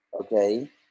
okay